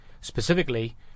specifically